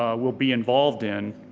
ah will be involved in.